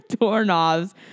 doorknobs